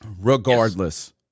Regardless